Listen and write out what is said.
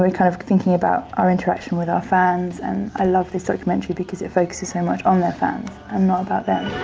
ah kind of thinking about our interaction with our fans and i love this documentary because it focuses so much on their fans and not about them.